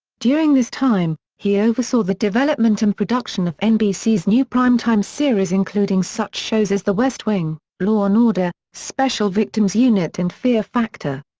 during this time, he oversaw the development and production of nbc's new primetime series including such shows as the west wing, law and order special victims unit and fear factor.